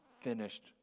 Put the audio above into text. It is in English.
finished